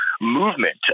movement